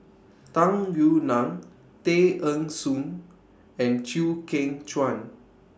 Tung Yue Nang Tay Eng Soon and Chew Kheng Chuan